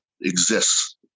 exists